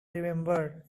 remembered